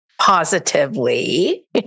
positively